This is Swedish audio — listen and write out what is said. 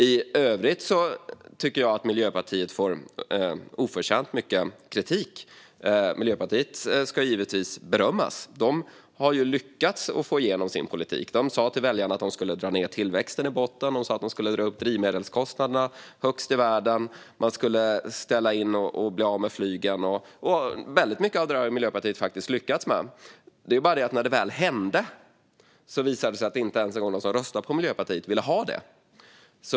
I övrigt tycker jag att Miljöpartiet får oförtjänt mycket kritik. Miljöpartiet ska givetvis berömmas. Det har lyckats att få igenom sin politik. Det sa till väljarna att det skulle dra ned tillväxten i botten. Det sa att det skulle driva upp drivmedelskostnaderna högst i världen. Man skulle ställa in och bli av med flygen. Väldigt mycket av det har Miljöpartiet faktiskt lyckats med. Det är bara det att när det väl hände visade det sig att inte ens de som röstade på Miljöpartiet ville ha det.